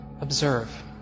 observe